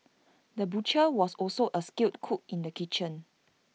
the butcher was also A skilled cook in the kitchen